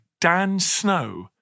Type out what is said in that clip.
DANSNOW